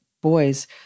boys